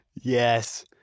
Yes